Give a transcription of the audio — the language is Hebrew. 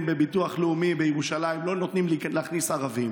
בביטוח לאומי בירושלים שלא נותנים להכניס ערבים,